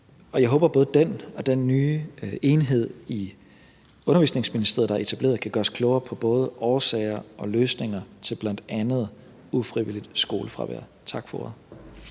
jeg håber, at både den og den nye enhed i Undervisningsministeriet, der er etableret, kan gøre os klogere på både årsager og løsninger til bl.a. ufrivilligt skolefravær. Tak for